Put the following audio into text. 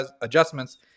adjustments